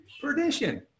perdition